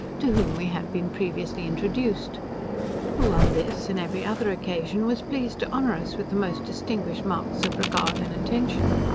to whom we had been previously introduced who on this, and every other occasion, was pleased to honour us with the most distinguished marks of regard and attention.